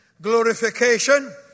Glorification